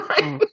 right